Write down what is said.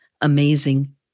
amazing